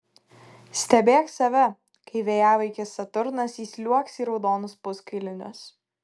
stebėk save kai vėjavaikis saturnas įsliuogs į raudonus puskailinius